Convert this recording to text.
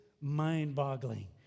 mind-boggling